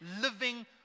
living